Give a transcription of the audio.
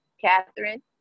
Catherine